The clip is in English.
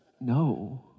no